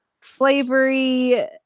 slavery